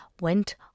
went